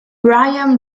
bryan